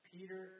Peter